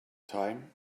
time